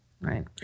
Right